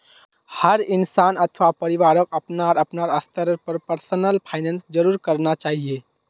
हर इंसान अथवा परिवारक अपनार अपनार स्तरेर पर पर्सनल फाइनैन्स जरूर करना चाहिए